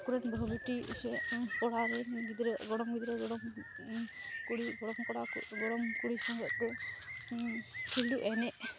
ᱟᱠᱚᱨᱮᱱ ᱵᱟᱹᱦᱩᱵᱤᱴᱤ ᱥᱮ ᱠᱚᱲᱟᱨᱮᱱ ᱜᱤᱫᱽᱨᱟᱹ ᱜᱚᱲᱚᱢ ᱜᱤᱫᱽᱨᱟᱹ ᱜᱚᱲᱚᱢᱠᱩᱲᱤ ᱜᱚᱲᱚᱢᱠᱚᱲᱟ ᱜᱚᱲᱚᱢᱠᱩᱲᱤ ᱥᱚᱸᱜᱮᱡᱛᱮ ᱠᱷᱤᱞᱰᱩ ᱮᱱᱮᱡ